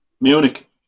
Munich